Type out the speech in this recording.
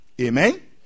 Amen